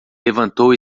levantou